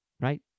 Right